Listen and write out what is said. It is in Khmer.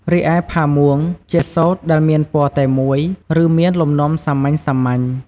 រីឯ ផាមួង ជាសូត្រដែលមានពណ៌តែមួយ ឬមានលំនាំសាមញ្ញៗ។